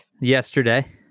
Yesterday